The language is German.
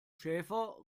schäfer